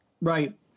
right